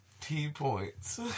T-points